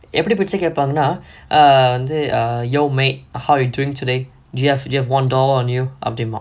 எப்புடி பிச்ச கேப்பாங்கனா:eppudi picha kepaanganaa err வந்து:vanthu err yo mate how are you doing today do you do you have one dollar on you அப்புடிம்பா:appudimpaa